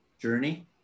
journey